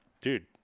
dude